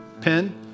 pen